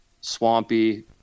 swampy